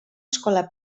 escola